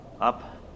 Up